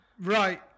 Right